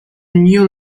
new